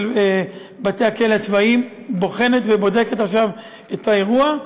בתי-הכלא הצבאיים בוחנת ובודקת עכשיו את האירוע,